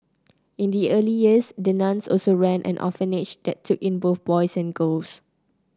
in the early years the nuns also ran an orphanage that took in both boys and girls